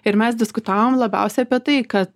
ir mes diskutavom labiausia apie tai kad